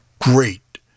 great